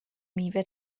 میوه